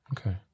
Okay